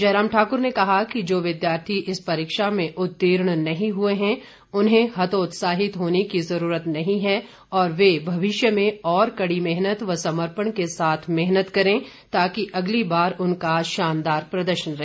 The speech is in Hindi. जयराम ठाकुर ने कहा कि जो विद्यार्थी इस परीक्षा में उत्तीर्ण नहीं हुए हैं उन्हें हतोत्साहित होने की जरूरत नहीं है और वे भविष्य में और कड़ी मेहनत व समर्पण के साथ मेहनत करें ताकि अगली बार उनका शानदार प्रदर्शन रहे